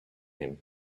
him